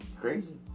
Crazy